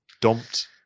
dumped